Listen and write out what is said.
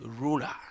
ruler